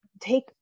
take